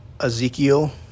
Ezekiel